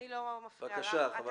אני לא מפריעה לך,